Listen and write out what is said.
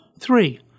Three